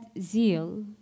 zeal